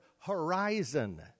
horizon